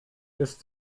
ist